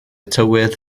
tywydd